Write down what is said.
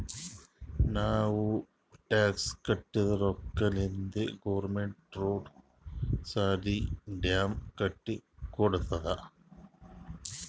ನಾವ್ ಟ್ಯಾಕ್ಸ್ ಕಟ್ಟಿದ್ ರೊಕ್ಕಾಲಿಂತೆ ಗೌರ್ಮೆಂಟ್ ರೋಡ್, ಸಾಲಿ, ಡ್ಯಾಮ್ ಕಟ್ಟಿ ಕೊಡ್ತುದ್